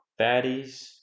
Baddies